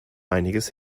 einiges